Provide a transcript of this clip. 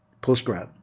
post-grad